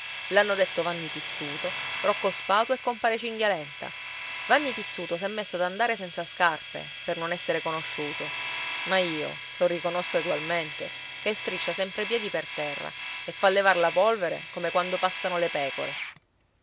l'hanno detto vanni pizzuto rocco spatu e compare cinghialenta vanni pizzuto s'è messo ad andare senza scarpe per non essere conosciuto ma io lo riconosco egualmente che striscia sempre i piedi per terra e fa levar la polvere come quando passano le pecore